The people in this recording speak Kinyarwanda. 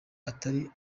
atari